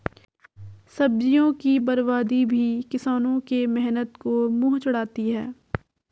सब्जियों की बर्बादी भी किसानों के मेहनत को मुँह चिढ़ाती है